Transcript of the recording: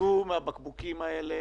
שתו מהבקבוקים האלה